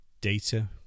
data